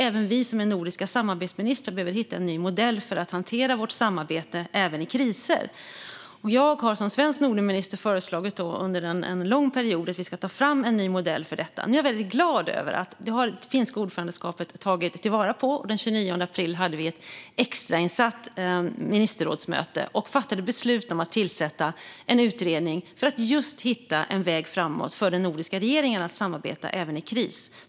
Även jag och de andra nordiska samarbetsministrarna behöver hitta en ny modell för att hantera vårt samarbete också i kriser. Jag har, som svensk Nordenminister, under en lång period föreslagit att vi ska ta fram en ny modell för detta. Jag är väldigt glad över att det finska ordförandeskapet har tagit vara på detta. Den 29 april hade vi ett extrainsatt ministerrådsmöte och fattade beslut om att tillsätta en utredning för att hitta en väg framåt för de nordiska regeringarnas samarbete även i kris.